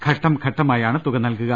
ഘട്ടംഘട്ടമായാണ് തുക നൽകുക